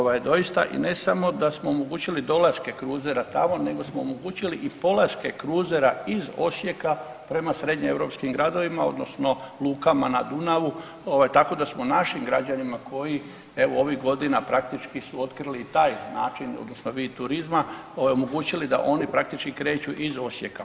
Ovaj doista i ne samo da smo omogućili dolaske kruzera tamo nego smo omogućili i polaske kruzera iz Osijeka prema srednje europskim gradovima odnosno lukama na Dunavu ovaj tako da smo našim građanima koji evo ovih godina praktički su otkrili i taj način odnosno vid turizma ovaj omogućili da oni praktički kreću iz Osijeka.